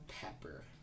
pepper